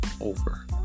over